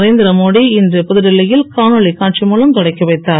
நரேந்திர மோடி இன்று புதுடில்லி யில் காணொலி காட்சி மூலம் தொடக்கிவைத்தார்